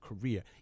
career